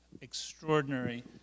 extraordinary